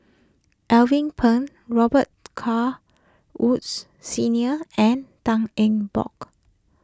Alvin Pang Robet Carr Woods Senior and Tan Eng Bock